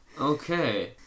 Okay